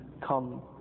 come